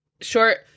short